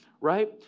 right